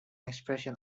expression